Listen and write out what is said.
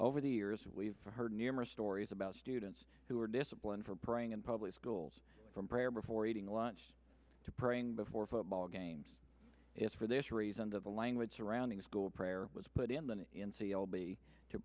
over the years we've heard numerous stories about students who are disciplined for praying in public schools from prayer before eating lunch to praying before football games it's for this reason to the language surrounding school prayer was but in the